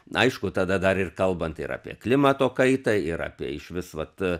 aišku tada dar ir kalbant ir apie klimato kaitą ir apie išvis vat